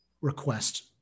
request